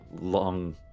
long